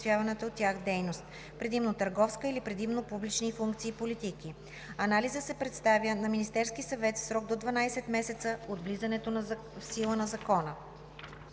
предимно търговска или предимно публични функции и политики. Анализът се представя на Министерския съвет в срок до 12 месеца от влизането в сила на закона.